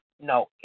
no